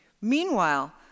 Meanwhile